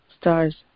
stars